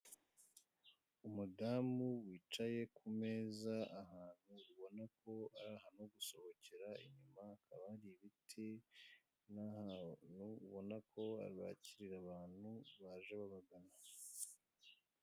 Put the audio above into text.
Umudamu wicaye ku meza ahantu ubona ko ari ahantu ho gusohokera, inyuma hakaba hari ibiti n'ahantu ubona ko bakirira abantu baje babagana.